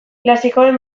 klasikoen